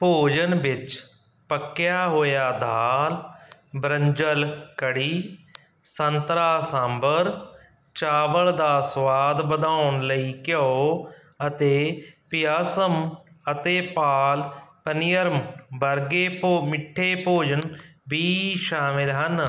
ਭੋਜਨ ਵਿੱਚ ਪੱਕਿਆ ਹੋਇਆ ਦਾਲ ਬਰੰਜਲ ਕਰੀ ਸੰਤਰਾ ਸਾਂਬਰ ਚਾਵਲ ਦਾ ਸੁਆਦ ਵਧਾਉਣ ਲਈ ਘਿਓ ਅਤੇ ਪਿਆਸਮ ਅਤੇ ਪਾਲ ਪਨੀਅਰਮ ਵਰਗੇ ਭ ਮਿੱਠੇ ਭੋਜਨ ਵੀ ਸ਼ਾਮਿਲ ਹਨ